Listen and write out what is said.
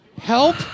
help